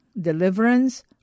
deliverance